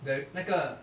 the 那个